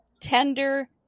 tender